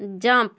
jump